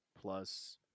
plus